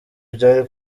byari